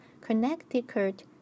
Connecticut